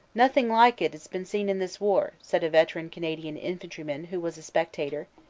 nothing like it's been seen in this war, said a veteran canadian infantryman who was a spectator.